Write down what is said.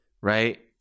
right